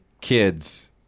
kids